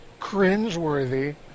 cringeworthy